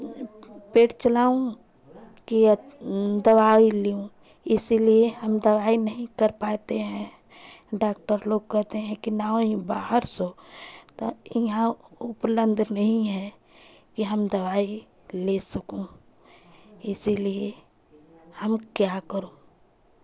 पेट चलाऊं कि अब दवाई लूँ इसीलिए हम दवाई नहीं कर पाते हैं डॉक्टर लोग कहते हैं कि लाओ ये बाहर से तो यहाँ उपलम्ब नहीं है कि हम दवाई ले सकूं इसीलिए हम क्या करूं